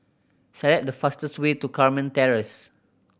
select the fastest way to Carmen Terrace